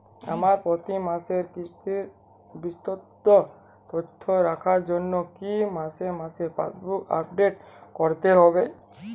আমার প্রতি মাসের কিস্তির বিশদ তথ্য রাখার জন্য কি মাসে মাসে পাসবুক আপডেট করতে হবে?